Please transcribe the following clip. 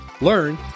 learn